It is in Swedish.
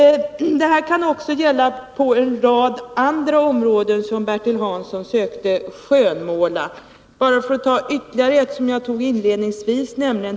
Detsamma gäller en rad andra områden som Bertil Hansson försökte skönmåla. Jag kan som exempel ta teaterområdet, som jag nämnde i mitt inledningsanförande.